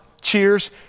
cheers